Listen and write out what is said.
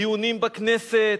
דיונים בכנסת,